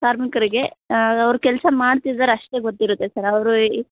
ಕಾರ್ಮಿಕರಿಗೆ ಅವ್ರು ಕೆಲಸ ಮಾಡ್ತಿದಾರೆ ಅಷ್ಟೆ ಗೊತ್ತಿರತ್ತೆ ಸರ್ ಅವರು ಈ